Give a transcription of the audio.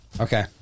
Okay